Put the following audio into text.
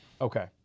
Okay